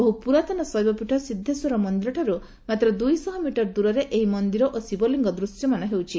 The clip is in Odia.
ବହୁ ପୁରାତନ ଶୈବପୀଠ ସିଦ୍ଧେଶ୍ୱର ମନ୍ଦିରଠାରୁ ମାତ୍ର ଦୁଇଶହ ମିଟର ଦୂରରେ ଏହି ମନ୍ଦିର ଓ ଶିବଲିଂଗ ଦୂଶ୍ୟମାନ ହେଉଛି